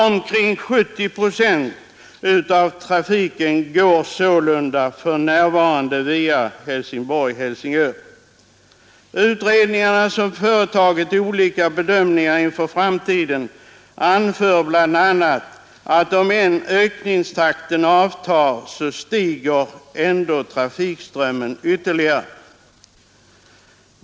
Omkring 70 procent av trafiken går sålunda för närvarande via Helsingborg-—-Helsingör. Utredningarna, som företagit olika bedömningar inför framtiden, anför bl.a., att om än ökningstakten avtar, så stiger ändå trafikströmmen ytterligare.